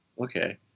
okay